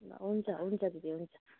ल हुन्छ हुन्छ दिदी हुन्छ